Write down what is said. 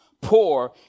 poor